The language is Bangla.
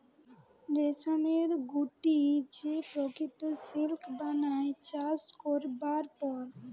রেশমের গুটি যে প্রকৃত সিল্ক বানায় চাষ করবার পর